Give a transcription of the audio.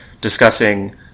discussing